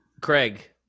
Craig